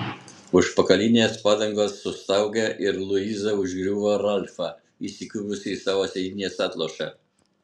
užpakalinės padangos sustaugė ir luiza užgriuvo ralfą įsikibusi į savo sėdynės atlošą